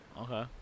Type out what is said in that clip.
Okay